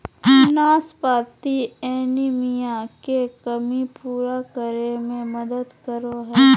नाशपाती एनीमिया के कमी पूरा करै में मदद करो हइ